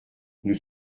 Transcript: nous